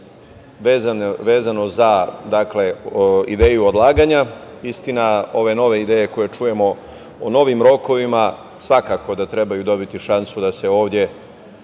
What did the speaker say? vezano za ideju odlaganja. Istina, ove nove ideje koje čujemo o novim rokovima svakako da trebaju dobiti šansu da se ovde